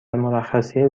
مرخصی